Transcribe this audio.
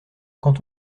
quand